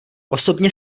osobně